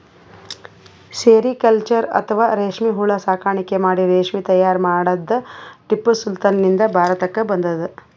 sericulture ಅಥವಾ ರೇಶ್ಮಿ ಹುಳ ಸಾಕಾಣಿಕೆ ಮಾಡಿ ರೇಶ್ಮಿ ತೈಯಾರ್ ಮಾಡದ್ದ್ ಟಿಪ್ಪು ಸುಲ್ತಾನ್ ನಿಂದ್ ಭಾರತಕ್ಕ್ ಬಂದದ್